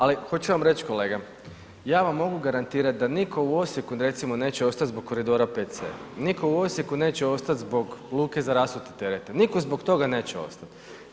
Ali hoću vam reći kolega, ja vam mogu garantirati da nitko u Osijeku recimo neće ostati zbog Koridora 5C, nitko u Osijeku neće ostati zbog luke za rasute terete, nitko zbog toga neće ostati.